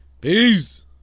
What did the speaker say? Peace